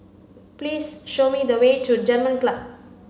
please show me the way to German Club